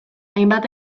hainbat